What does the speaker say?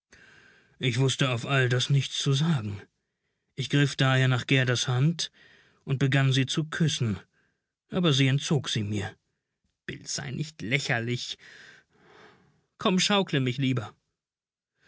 ich wußte auf all das nichts zu sagen ich griff daher nach gerdas hand und begann sie zu küssen aber sie entzog sie mir bill sei nicht lächerlich komm schaukle mich lieber